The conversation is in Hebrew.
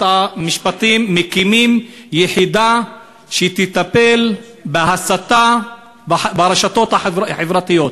המשפטים מקימים יחידה שתטפל בהסתה ברשתות החברתיות.